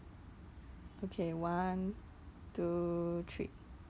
then I think I forget already I forget what happened but I don't think in the end